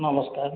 ନମସ୍କାର